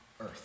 earth